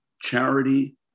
charity